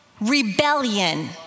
rebellion